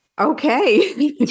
Okay